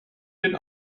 den